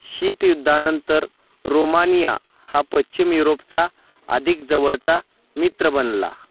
शीत युद्धानंतर रोमानिया हा पश्चिम युरोपचा अधिक जवळचा मित्र बनला